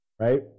right